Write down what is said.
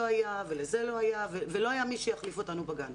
היה ולזה לא היה ולא היה מי שיחליף אותנו בגן.